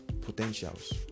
potentials